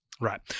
Right